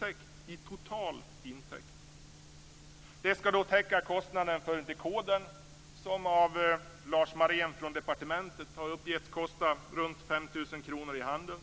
kr i total intäkt. Det ska då täcka kostnaden för dekodern, som av Lars Marén från departementet har uppgetts kosta runt 5 000 kr i handeln.